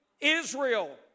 Israel